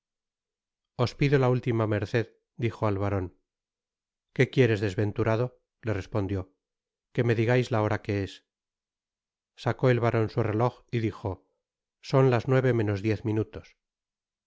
os pido la última merced dijo al baron qué quieres desventurado le respondió que me digais la hora que es sacó el baron su reloj y dijo son las nueve menos diez minutos